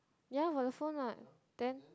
ya for the phone what then